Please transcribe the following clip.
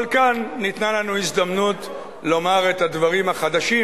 אבל כאן ניתנה לנו הזדמנות לומר את הדברים החדשים,